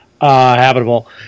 habitable